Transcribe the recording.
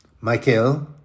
Michael